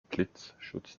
blitzschutz